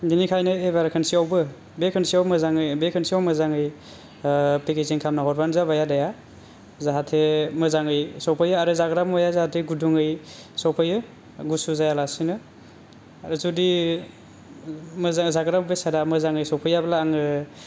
बेनिखायनो ओइबार खोनसेयावबो बे खोनसेयाव मोजाङै बे खोनसेयाव मोजाङै पेकेजिं खामना हरबानो जाबाय आदाया जाहाथे मोजाङै सफैयो आरो जाग्रा मुवाया जाहाथे गुदुङै सफैयो गुसु जाया लासिनो जुदि मोजां जाग्रा बेसादा मोजाङै सफैयाब्ला आङो